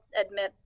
admit